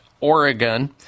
Oregon